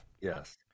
Yes